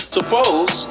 Suppose